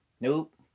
Nope